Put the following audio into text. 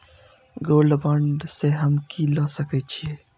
Gold bond में हम की ल सकै छियै?